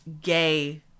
gay